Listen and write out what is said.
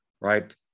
Right